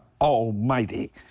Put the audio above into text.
almighty